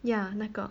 ya 那个